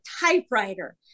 typewriter